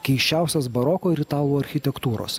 keisčiausias baroko ir italų architektūros